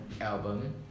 album